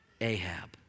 Ahab